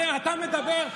אתה מדבר?